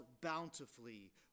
bountifully